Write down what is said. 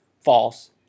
false